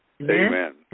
Amen